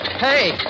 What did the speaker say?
Hey